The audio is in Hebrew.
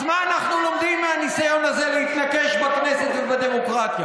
אז מה אנחנו לומדים מהניסיון הזה להתנקש בכנסת ובדמוקרטיה?